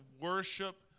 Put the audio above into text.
worship